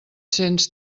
cents